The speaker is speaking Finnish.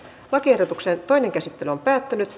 lakiehdotuksen toinen käsittely päättyi